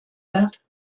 that